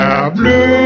Blue